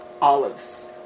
olives